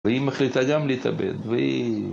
והיא מחליטה גם להתאבד, והיא...